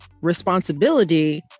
responsibility